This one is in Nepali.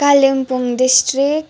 कालिम्पोङ डिस्ट्रिक्ट